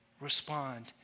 respond